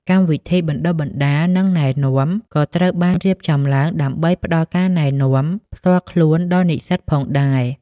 កម្មវិធីបណ្តុះបណ្តាល និងណែនាំ ក៏ត្រូវបានរៀបចំឡើងដើម្បីផ្តល់ការណែនាំផ្ទាល់ខ្លួនដល់និស្សិតផងដែរ។